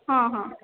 ହଁ ହଁ